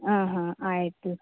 ಹಾಂ ಹಾಂ ಆಯಿತು